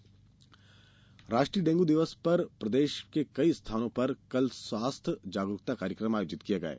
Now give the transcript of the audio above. dengue दिवस राष्ट्रीय dengue दिवस पर प्रदेश के कई स्थानों पर कल स्वास्थ्य जागरूकता कार्यक्रम आयोजित किये गये